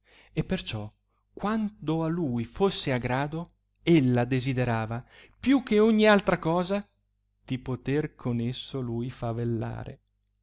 e perciò quando a lui fusse a grado ella desiderava più che ogni altra cosa di poter con esso lui favellare